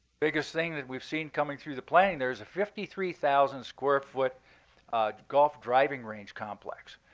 biggest thing that we've seen coming through the planning there is a fifty three thousand square foot golf driving range complex.